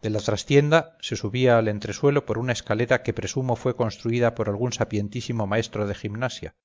de la trastienda se subía al entresuelo por una escalera que presumo fue construida por algún sapientísimo maestro de gimnasia